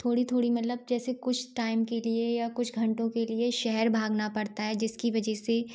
थोड़ी थोड़ी मतलब जैसे कुछ टाइम के लिए या कुछ घंटों के लिए शहर भागना पड़ता है जिसकी वजह से